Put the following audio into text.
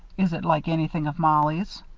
is it like anything of mollie's?